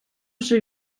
вже